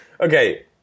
okay